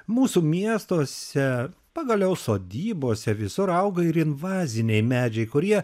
mūsų miestuose pagaliau sodybose visur auga ir invaziniai medžiai kurie